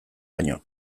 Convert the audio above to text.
baino